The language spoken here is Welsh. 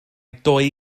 dwy